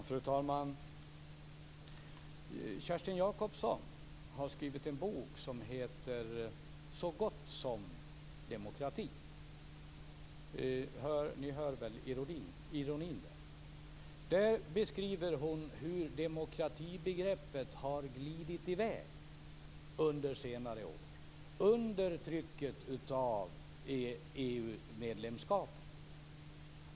Fru talman! Kerstin Jacobsson har skrivit en bok som heter Så gott som demokrati. Där beskriver hon hur demokratibegreppet har glidit i väg under senare år under trycket av EU-medlemskapet.